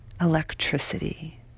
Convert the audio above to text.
electricity